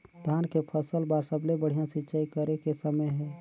धान के फसल बार सबले बढ़िया सिंचाई करे के समय हे?